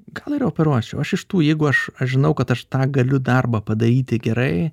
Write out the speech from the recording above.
gal ir operuosčiau aš iš tų jeigu aš aš žinau kad aš tą galiu darbą padaryti gerai